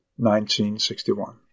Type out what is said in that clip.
1961